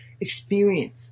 experience